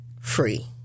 free